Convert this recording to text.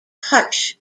harsh